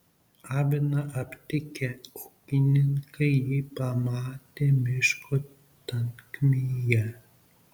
aviną aptikę ūkininkai jį pamatė miško tankmėje